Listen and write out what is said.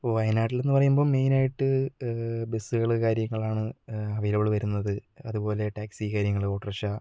വയനാട്ടിലെന്നു പറയുമ്പം മെയിൻ ആയിട്ട് ബസ്സുകൾ കാര്യങ്ങളാണ് അവൈലബിള് വരുന്നത് അതുപോലെ ടാക്സി കാര്യങ്ങൾ ഓട്ടോറിക്ഷ